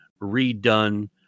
redone